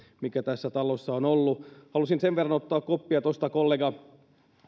mikä tässä talossa on ollut halusin sen verran ottaa koppia tuosta kun kollega